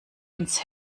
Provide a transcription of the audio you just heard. ins